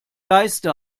geiste